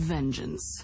Vengeance